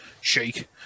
shake